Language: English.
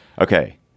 okay